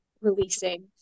releasing